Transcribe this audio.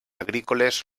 agrícoles